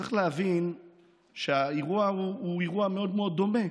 צריך להבין שהאירוע הוא אירוע מאוד מאוד דומה,